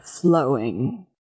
flowing